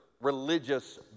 religious